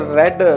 red